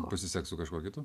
pasiseks su kažkuo kitu